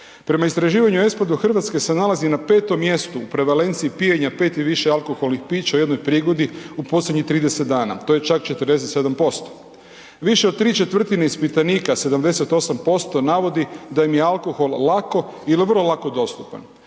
Prema istraživanju ESPAD-a u Hrvatskoj se nalazi na 5 mjestu u prevalenciji pijenja 5 i više alkoholnih pića u jednoj prigodi u posljednjih 30 dana, to je čak 47%. Više od 3/4 ispitanika 78% navodi da im je alkohol lako ili vrlo lako dostupan.